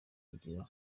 agira